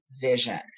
vision